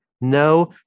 No